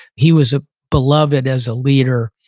he was a beloved as a leader